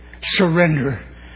Surrender